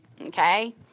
okay